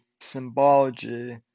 symbology